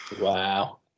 Wow